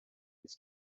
its